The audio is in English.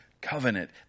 covenant